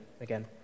again